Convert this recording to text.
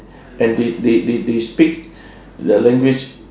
and they they they they speak the language